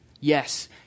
Yes